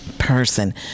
person